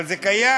אבל זה קיים: